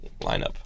lineup